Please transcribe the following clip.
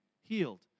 healed